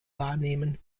wahrnehmen